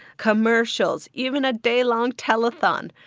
commercials, even a day-long telethon,